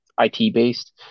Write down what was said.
IT-based